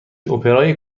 اپرای